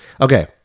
okay